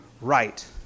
right